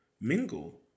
mingle